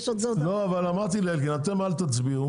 אמרתי אתם אל תצביעו